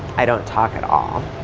i don't talk at all.